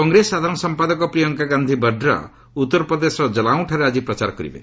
କଂଗ୍ରେସ ସାଧାରଣ ସମ୍ପାଦକ ପ୍ରିୟଙ୍କା ଗାନ୍ଧି ବାଡ୍ରା ଉତ୍ତର ପ୍ରଦେଶର ଜଲାଉଁଠାରେ ଆଜି ପ୍ରଚାର କରିବେ